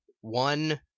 one